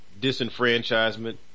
disenfranchisement